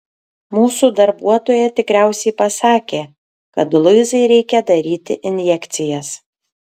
mūsų darbuotoja tikriausiai pasakė kad luizai reikia daryti injekcijas